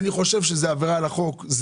אני חושב שזאת עבירה על החוק.